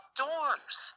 doors